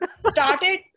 started